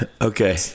Okay